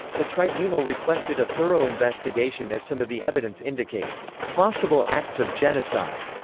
the tribunal requested a thorough investigation as some of the evidence indicated possible acts of genocide.